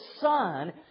son